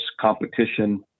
competition